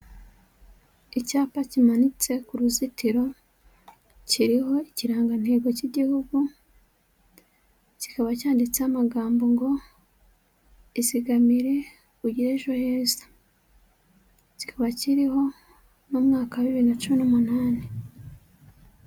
Icyapa kimanitse ku ruzitiro, kiriho ikirangantego cy'Igihugu, kikaba cyanditse amagambo ngo izigamire ugire ejo heza, kikaba kiriho n'umwaka wa bibiri na cumi n'umunani.